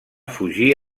fugir